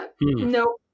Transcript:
No